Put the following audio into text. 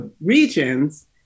regions